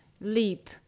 leap